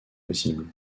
possible